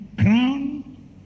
crown